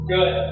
Good